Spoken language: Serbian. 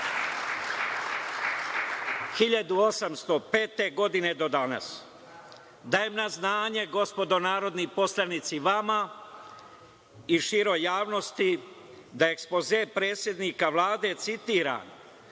1805. godine, do danas. Dajem na znanje gospodo narodni poslanici vama i široj javnosti da ekspoze predsednika Vlade,